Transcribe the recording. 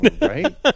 Right